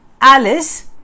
Alice